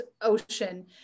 ocean